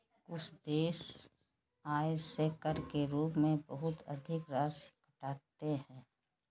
कुछ देश आय से कर के रूप में बहुत अधिक राशि काटते हैं